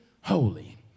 holy